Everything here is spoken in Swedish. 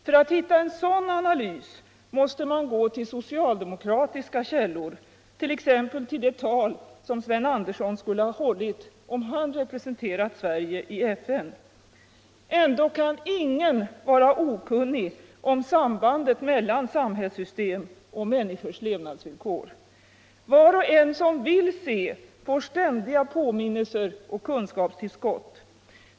För att hitta en sådan analys måste man gå till socialdemokratiska källor, t.ex. till det tal som Sven Andersson skulle ha hållit om han i höst hade representerat Svcerige i FN. Ändå kan ingen vara okunnig om sambandet mellan samhällssystem och människors levnadsvillkor. Var och en som vill se får ständiga påminnelser och kunskapstillskott.